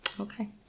Okay